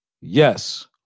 Yes